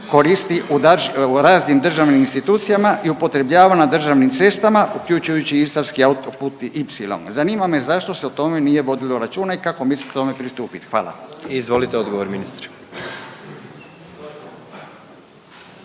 koristi u raznim državnim institucijama i upotrebljava na državnim cestama, uključujući istarski autoput i Ipsilon. Zanima me zašto se o tome nije vodilo računa i kako mislite tome pristupiti? Hvala. **Jandroković, Gordan